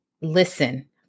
listen